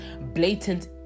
blatant